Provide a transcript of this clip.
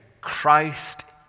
Christ